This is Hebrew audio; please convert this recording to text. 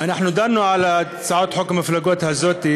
אנחנו דנו על הצעת חוק המפלגות הזאת,